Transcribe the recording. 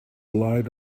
lied